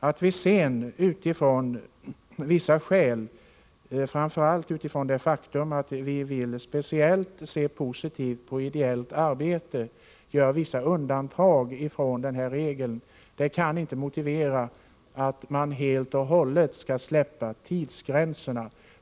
Att vi - framför allt på grund av det faktum att vi vill se speciellt positivt på ideellt arbete — gör vissa undantag från ettårsregeln kan inte motivera att vi helt och hållet skall slopa tidsgränserna.